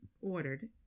ordered